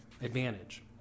advantage